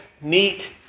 neat